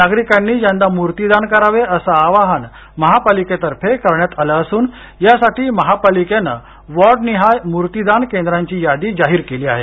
नागरिकांनी यंदा मूर्तीदान करावे असे आवाहन महापालिकेतर्फे करण्यात आले असून यासाठी महापालिकेनं वॉर्डनिहाय मूर्तीदान केंद्रांची यादी जाहीर केली आहे